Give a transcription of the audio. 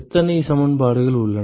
எத்தனை சமன்பாடுகள் உள்ளன